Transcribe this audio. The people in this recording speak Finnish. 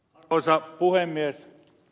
arvoisa puhemies